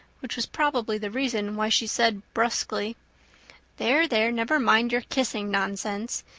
which was probably the reason why she said brusquely there, there, never mind your kissing nonsense.